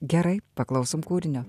gerai paklausom kūrinio